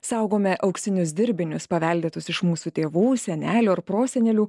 saugome auksinius dirbinius paveldėtus iš mūsų tėvų senelių ar prosenelių